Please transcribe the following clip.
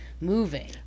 moving